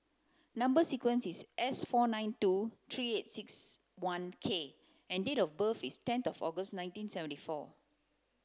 number sequence is S four nine two three eight six one K and date of birth is ten of August nineteen seventy four